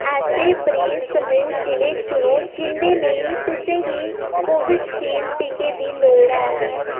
ऐसे बरेस समूह् जि'ले चुनो जिं'दे लेई तुसें गी कोविड शील्ड टीके दी लोड़ ऐ